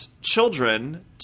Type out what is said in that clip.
children